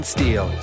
Steel